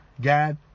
God